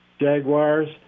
Jaguars